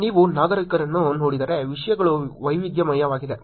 ನೀವು ನಾಗರಿಕರನ್ನು ನೋಡಿದರೆ ವಿಷಯಗಳು ವೈವಿಧ್ಯಮಯವಾಗಿವೆ